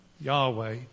Yahweh